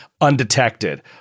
undetected